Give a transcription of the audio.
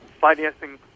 financing